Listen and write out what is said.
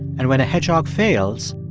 and when a hedgehog fails,